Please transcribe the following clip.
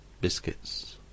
biscuits